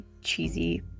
cheesy